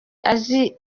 azi